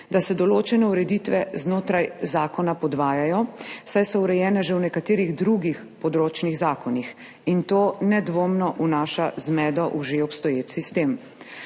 da se določene ureditve znotraj zakona podvajajo, saj so urejene že v nekaterih drugih področnih zakonih in to nedvomno vnaša zmedo v že obstoječ sistem.